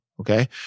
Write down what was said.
okay